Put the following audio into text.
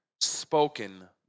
spoken